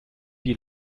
die